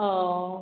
औ